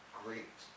great